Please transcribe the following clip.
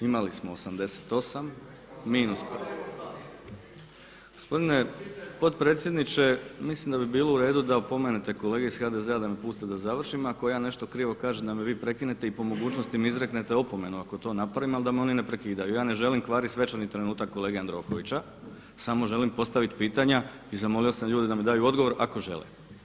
Ima li smo 88 minus, …… [[Upadica se ne čuje.]] Gospodine potpredsjedniče, mislim da bi bilo u redu da opomenete kolege iz HDZ-a da me puste da završim, ako ja nešto krivo kažem da me vi prekinete i po mogućnosti mi izreknete opomenu ako to napravim ali da me oni ne prekidaju, ja ne želim kvariti svečani trenutak kolege Jandrokovića samo želim postaviti pitanja i zamolio sam ljude da mi daju odgovor ako žele.